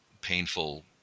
painful